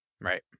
Right